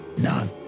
none